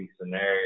scenario